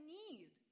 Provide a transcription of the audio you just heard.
need